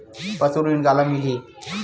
पशु ऋण काला मिलही?